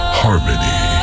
harmony